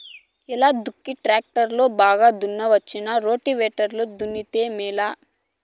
ఎలా దుక్కి టాక్టర్ లో బాగా దున్నవచ్చునా రోటివేటర్ లో దున్నితే మేలా?